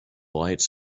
lights